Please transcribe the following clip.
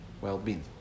well-being